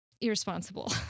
irresponsible